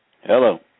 Hello